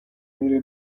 میره